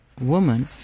woman